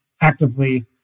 actively